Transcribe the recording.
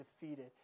defeated